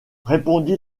répondit